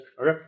Okay